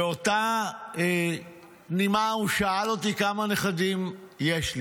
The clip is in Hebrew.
באותה נימה, הוא שאל אותי כמה נכדים יש לי.